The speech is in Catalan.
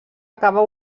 acabar